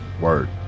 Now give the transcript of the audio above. Word